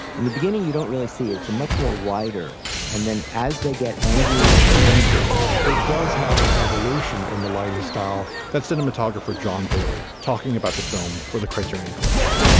in the beginning, you don't really see it's a much more wider and then as they get angrier and angrier, it does have an evolution in the lighting style. that cinematographer john bailey talking about the film for the criterion collection.